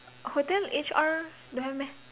hotel H_R don't have meh